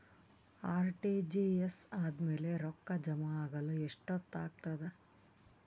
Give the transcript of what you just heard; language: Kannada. ಆರ್.ಟಿ.ಜಿ.ಎಸ್ ಆದ್ಮೇಲೆ ರೊಕ್ಕ ಜಮಾ ಆಗಲು ಎಷ್ಟೊತ್ ಆಗತದ?